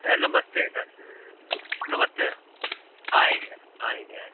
sir नमस्ते sir नमस्ते आएंगे आएंगे आएंगे